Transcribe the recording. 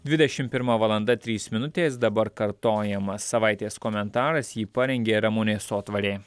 dvidešimt pirma valanda trys minutės dabar kartojamas savaitės komentaras jį parengė ramunė sotvarė